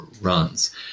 runs